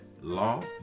law